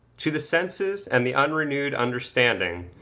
to the senses and the unrenewed understanding,